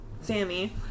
Sammy